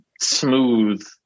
smooth